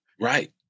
Right